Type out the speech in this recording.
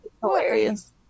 hilarious